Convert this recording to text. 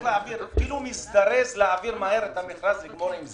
כאילו מזדרז להעביר מהר את המכרז, לגמור עם זה.